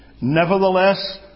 Nevertheless